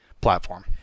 platform